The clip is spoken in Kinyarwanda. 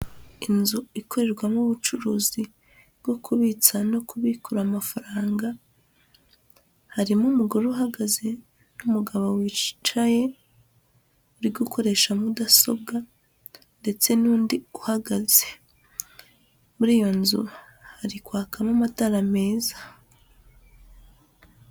Inzu ikorerwamo ubucuruzi bwo kubitsa no kubiku amafaranga harimo umugore uhagaze n'umugabo wicaye, uri gukoresha mudasobwa ndetse n'undi uhagaze muri iyo nzu hari kwakamo amatara meza.